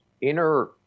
inner